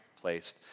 placed